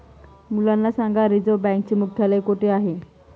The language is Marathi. मुलांना सांगा रिझर्व्ह बँकेचे मुख्यालय कुठे आहे